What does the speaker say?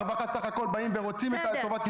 הרווחה סך הכול באים ורוצים את הטובה,